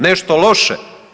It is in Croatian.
Nešto loše?